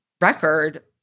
record